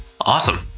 Awesome